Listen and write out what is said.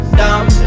dumb